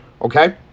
Okay